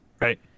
right